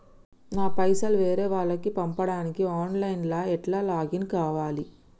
నా పైసల్ వేరే వాళ్లకి పంపడానికి ఆన్ లైన్ లా ఎట్ల లాగిన్ కావాలి?